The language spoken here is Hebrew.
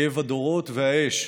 כאב הדורות והאש,